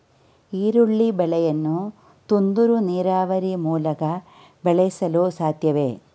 ಈರುಳ್ಳಿ ಬೆಳೆಯನ್ನು ತುಂತುರು ನೀರಾವರಿ ಮೂಲಕ ಬೆಳೆಸಲು ಸಾಧ್ಯವೇ?